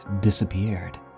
disappeared